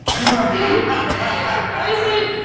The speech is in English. i said,